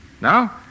Now